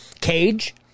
cage